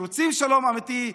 שרוצים שלום אמיתי,